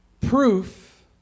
proof